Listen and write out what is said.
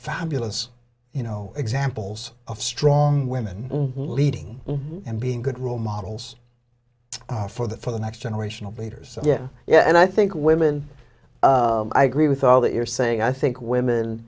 fabulous you know examples of strong women leading and being good role models for that for the next generation of leaders yeah yeah and i think women i agree with all that you're saying i think women